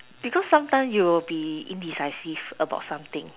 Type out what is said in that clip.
because sometime you will be indecisive about something